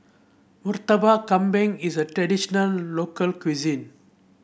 Murtabak Kambing is a traditional local cuisine